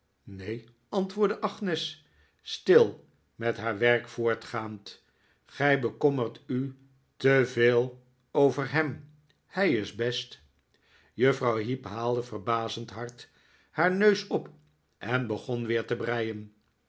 neen antwoordde agnes stil met haar werk voortgaand gij bekommert u te veel over hem hij is best juffrouw heep haalde verbazend hard haar neus op en begon weer te breien